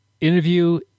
interview